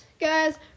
guys